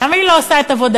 למה היא לא עושה את עבודתה?